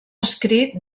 escrit